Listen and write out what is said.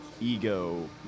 ego